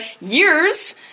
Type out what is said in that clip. years